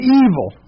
evil